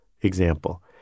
example